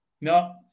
no